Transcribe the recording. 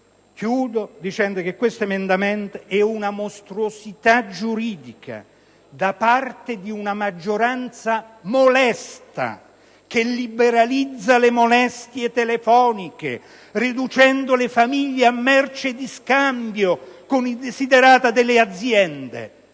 dicendo che questo emendamento è una mostruosità giuridica da parte di una maggioranza molesta, che liberalizza le molestie telefoniche riducendo le famiglie a merce di scambio con i desiderata delle aziende.